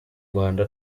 rwanda